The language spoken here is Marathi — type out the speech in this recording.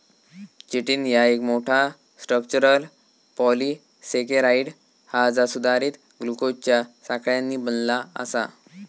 चिटिन ह्या एक मोठा, स्ट्रक्चरल पॉलिसेकेराइड हा जा सुधारित ग्लुकोजच्या साखळ्यांनी बनला आसा